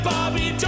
Bobby